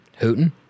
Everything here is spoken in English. Hooten